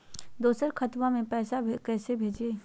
दोसर खतबा में पैसबा कैसे भेजिए?